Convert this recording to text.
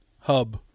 hub